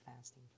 fasting